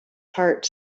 heart